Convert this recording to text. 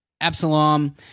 Absalom